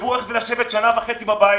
תחשבו איך זה לשבת שנה וחצי בבית